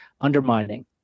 undermining